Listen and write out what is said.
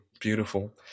Beautiful